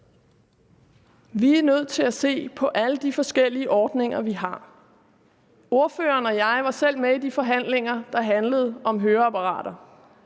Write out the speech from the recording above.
Vi er nødt til at se på alle de forskellige ordninger, vi har. Fru Karina Adsbøl og jeg var selv med i de forhandlinger, der handlede om høreapparater.